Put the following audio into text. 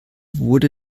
wurde